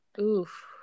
Oof